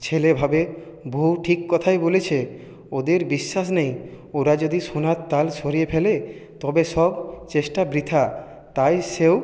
ছেলে ভাবে বউ ঠিক কথাই বলেছে ওদের বিশ্বাস নেই ওরা যদি সোনার তাল সরিয়ে ফেলে তবে সব চেষ্টা বৃথা তাই সেও